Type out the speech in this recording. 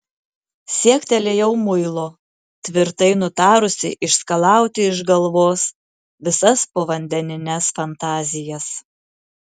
siektelėjau muilo tvirtai nutarusi išskalauti iš galvos visas povandenines fantazijas